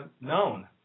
known